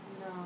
No